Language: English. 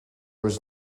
was